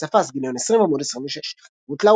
פסיפס, גל' 20, עמ' 26. רות לאופר.